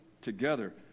together